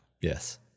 Yes